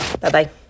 Bye-bye